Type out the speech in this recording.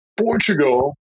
Portugal